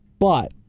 but